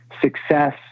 success